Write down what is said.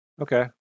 Okay